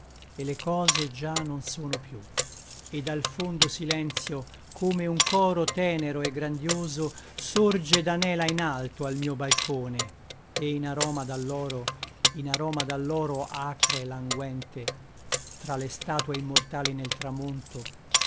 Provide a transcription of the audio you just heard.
e le cose già non sono più e dal fondo silenzio come un coro tenero e grandioso sorge ed anela in alto al mio balcone e in aroma d'alloro in aroma d'alloro acre languente tra le statue immortali nel tramonto